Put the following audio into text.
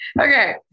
Okay